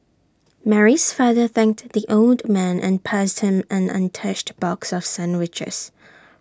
Mary's father thanked the old man and passed him an untouched box of sandwiches